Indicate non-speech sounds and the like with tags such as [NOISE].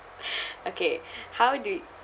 [BREATH] okay how do